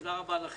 תודה רבה לכם.